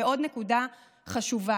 ועוד נקודה חשובה: